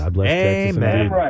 Amen